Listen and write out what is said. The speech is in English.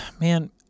man